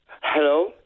Hello